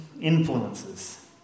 influences